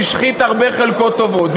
שהשחית הרבה חלקות טובות,